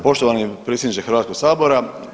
Poštovani predsjedniče HS-a.